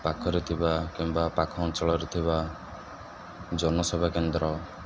ପାଖରେ ଥିବା କିମ୍ବା ପାଖ ଅଞ୍ଚଳରେ ଥିବା ଜନସେବା କେନ୍ଦ୍ର